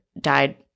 died